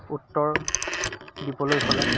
উত্তৰ দিবলৈ হ'লে